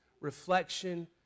reflection